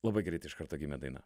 labai greit iš karto gimė daina